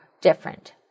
different